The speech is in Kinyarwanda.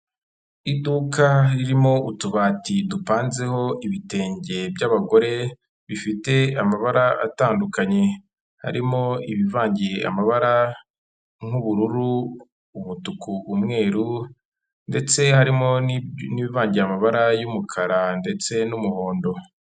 Iduka ririmo utubati dupanzeho ibitenge byabagore, bifite amabara atandukanye, harimo ibivangiye amabara nk'ubururu, umutuku, umweru, ndetse harimo n'ibivangiye amabara y'umukara ndetse n'umuhondo.